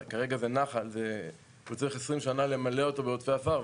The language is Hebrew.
כרגע זה נחל וצריך 20 שנים למלא אותו בעודפי עפר.